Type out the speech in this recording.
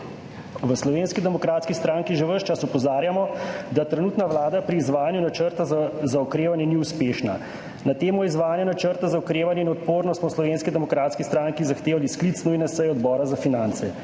V Slovenski demokratski stranki že ves čas opozarjamo, da trenutna vlada pri izvajanju načrta za okrevanje ni uspešna. Na temo izvajanja Načrta za okrevanje in odpornost smo v Slovenski demokratski stranki zahtevali sklic nujne seje Odbora za finance.